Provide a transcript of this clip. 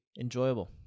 enjoyable